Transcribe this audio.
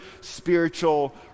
spiritual